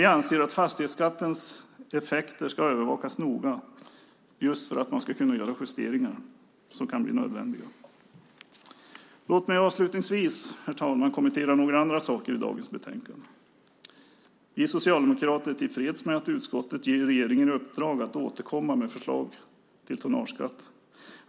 Vi anser att fastighetsskattens effekter ska övervakas noga för att man ska kunna göra nödvändiga justeringar. Låt mig avslutningsvis, herr talman, kommentera några andra saker i dagens betänkande. Vi socialdemokrater är tillfreds med att utskottet ger regeringen i uppdrag att återkomma med förslag till tonnageskatt.